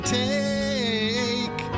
take